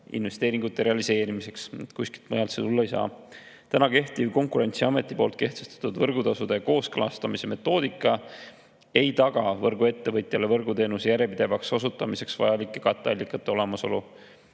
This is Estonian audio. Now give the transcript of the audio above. investeeringute realiseerimiseks. Kuskilt mujalt need tulla ei saa. Kehtiv, Konkurentsiameti kehtestatud võrgutasude kooskõlastamise metoodika ei taga võrguettevõtjale võrguteenuse järjepidevaks osutamiseks vajalike katteallikate olemasolu.